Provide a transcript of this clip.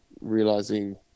realizing